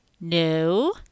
No